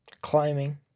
Climbing